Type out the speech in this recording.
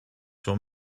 sur